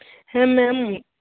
হ্যাঁ ম্যাম